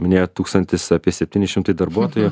minėjot tūkstantis apie septyni šimtai darbuotojų